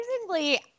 Surprisingly